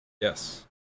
Yes